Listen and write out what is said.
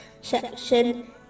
section